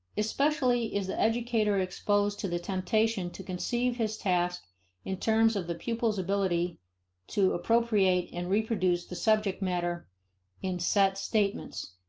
especially is the educator exposed to the temptation to conceive his task in terms of the pupil's ability to appropriate and reproduce the subject matter in set statements,